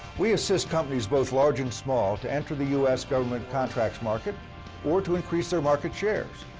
we assist companies both large and small to enter the u s. government contracts market or to increase their market shares.